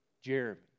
Jeremy